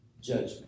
judgment